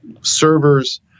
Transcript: servers